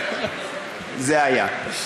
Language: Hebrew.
זה היה.